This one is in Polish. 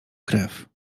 krew